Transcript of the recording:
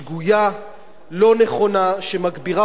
לא נכונה, שמגבירה פערים חברתיים,